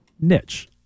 niche